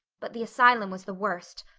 but the asylum was the worst.